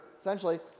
essentially